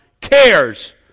cares